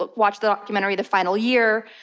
but watch the documentary the final year.